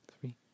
three